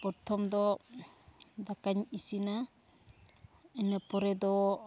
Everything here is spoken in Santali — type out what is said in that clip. ᱯᱨᱚᱛᱷᱚᱢ ᱫᱚ ᱫᱟᱠᱟᱧ ᱤᱥᱤᱱᱟ ᱤᱱᱟᱹ ᱯᱚᱨᱮ ᱫᱚ